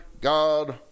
God